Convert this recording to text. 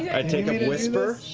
i take up whisper